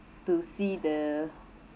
to see the